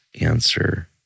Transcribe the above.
answer